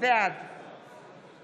בעד